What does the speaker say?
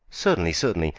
certainly, certainly.